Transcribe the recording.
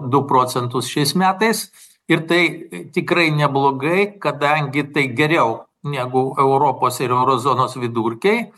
du procentus šiais metais ir tai tikrai neblogai kadangi tai geriau negu europos ir euro zonos vidurkiai